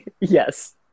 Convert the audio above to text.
Yes